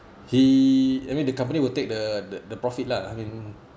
he I mean the company will take the the profit lah I mean